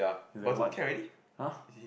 it's like what [huh]